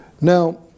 Now